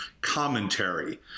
commentary